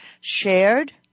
shared